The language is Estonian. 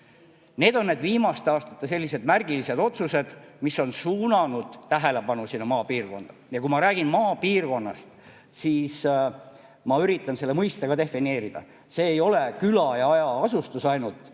Need on viimaste aastate sellised märgilised otsused, mis on suunanud tähelepanu maapiirkonnale. Ja kui ma räägin maapiirkonnast, siis ma üritan selle mõiste ka defineerida. See ei ole ainult külad ja hajaasustus,